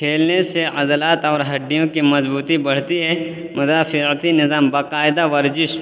کھیلنے سے عضلات اور ہڈیوں کی مضبوطی بڑھتی ہے مدافعتی نظام باقاعدہ ورزش